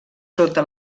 sota